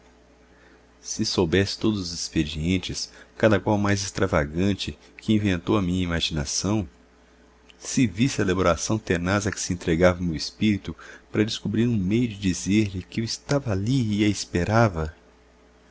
se soubesse todos os expedientes cada qual mais extravagante que inventou a minha imaginação se visse a elaboracão tenaz a que se entregava o meu espírito para descobrir um meio de dizer-lhe que eu estava ali e a esperava